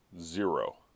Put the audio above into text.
zero